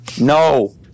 No